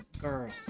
girl